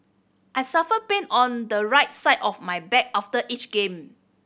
I suffer pain on the right side of my back after each game